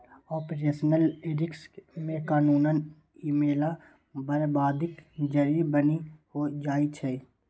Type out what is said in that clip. operational risk मे कानुनक झमेला बरबादीक जरि बनि जाइ छै